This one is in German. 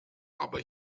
aber